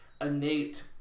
innate